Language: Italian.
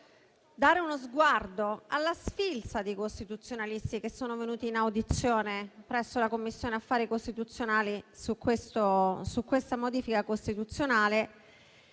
davvero uno sguardo alla sfilza di costituzionalisti che sono venuti in audizione presso la Commissione affari costituzionali su questa modifica costituzionale.